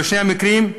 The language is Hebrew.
ובשני המקרים,